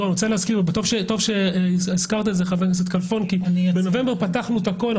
טוב שהזכרת את זה כי בנובמבר פתחנו את הכול.